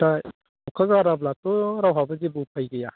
दा अखा गाराब्लाथ' रावहाबो जेबो उफाय गैया